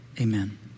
amen